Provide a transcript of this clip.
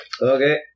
Okay